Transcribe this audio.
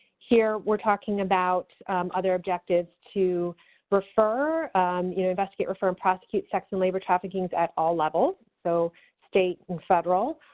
here, we're talking about other objectives to refer you know, investigate, refer, and prosecute sex and labor traffickings at all levels, so state, and federal,